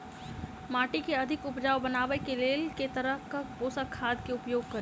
माटि केँ अधिक उपजाउ बनाबय केँ लेल केँ तरहक पोसक खाद केँ उपयोग करि?